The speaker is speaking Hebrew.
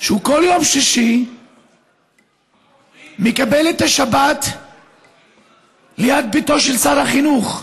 שכל יום שישי מקבל את השבת ליד ביתו של שר החינוך.